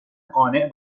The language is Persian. قانع